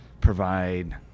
provide